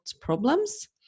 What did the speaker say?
problems